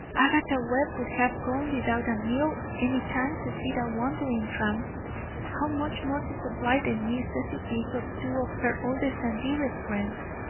agatha webb would have gone without a meal any time to feed a wandering tramp how much more to supply the necessities of two of her oldest and dearest friends!